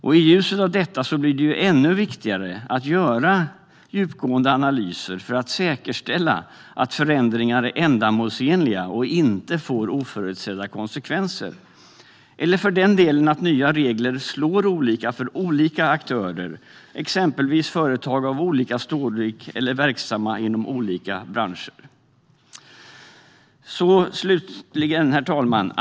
I ljuset av detta blir det ännu viktigare att göra djupgående analyser för att säkerställa att förändringar är ändamålsenliga och inte får oförutsedda konsekvenser, eller för den delen att nya regler slår olika för olika aktörer, exempelvis företag av olika storlek eller inom olika branscher. Herr talman!